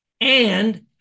And-